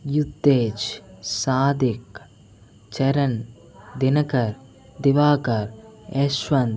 Yuttej Sadiq Charan Dinakar Divakar Yashwant